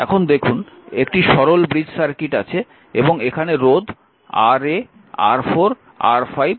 এখন দেখুন একটি সরল ব্রিজ সার্কিট আছে এবং এখানে রোধ Ra R4 R5 R6 আছে